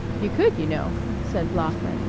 you could, you know, said bloeckman.